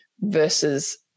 versus